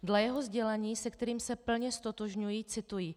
Dle jeho sdělení, se kterým se plně ztotožňuji cituji: